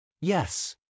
Yes